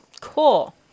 Cool